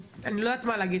אני לא יודעת מה להגיד,